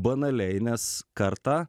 banaliai mes kartą